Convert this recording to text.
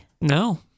no